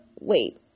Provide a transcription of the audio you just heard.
Wait